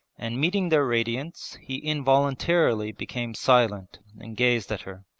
and meeting their radiance he involuntarily became silent and gazed at her.